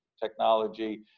technology